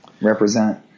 Represent